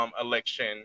election